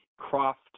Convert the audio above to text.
Croft